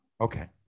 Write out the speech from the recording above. okay